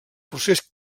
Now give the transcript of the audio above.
procés